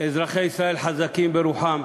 אזרחי ישראל חזקים ברוחם.